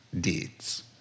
deeds